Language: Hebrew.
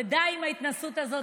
ודי עם ההתנשאות הזאת,